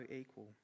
equal